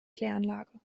kläranlage